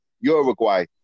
Uruguay